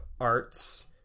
arts